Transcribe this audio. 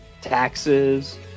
taxes